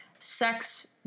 Sex